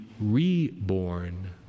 reborn